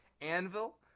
Anvil